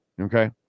Okay